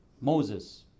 Moses